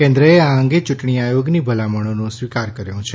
કેન્દ્રએ આ અંગે ચૂંટણી આયોગની ભલામણોનો સ્વિકાર કર્યો છે